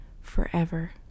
forever